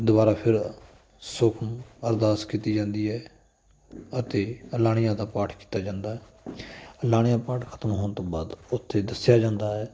ਦੁਬਾਰਾ ਫਿਰ ਸੁਖਮ ਅਰਦਾਸ ਕੀਤੀ ਜਾਂਦੀ ਹੈ ਅਤੇ ਅਲਾਣੀਆਂ ਦਾ ਪਾਠ ਕੀਤਾ ਜਾਂਦਾ ਅਲਾਣੀਆ ਪਾਠ ਖਤਮ ਹੋਣ ਤੋਂ ਬਾਅਦ ਉੱਥੇ ਦੱਸਿਆ ਜਾਂਦਾ ਹੈ